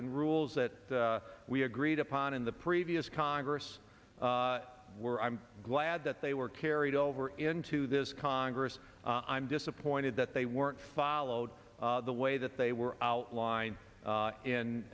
and rules that we agreed upon in the previous congress we're i'm glad that they were carried over into this congress i'm disappointed that they weren't followed the way that they were outlined in in